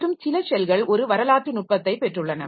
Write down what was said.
மற்றும் சில ஷெல்கள் ஒரு வரலாற்று நுட்பத்தைப் பெற்றுள்ளன